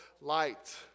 light